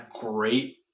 great